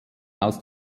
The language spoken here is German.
aus